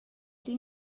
pli